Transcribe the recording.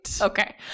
Okay